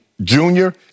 Junior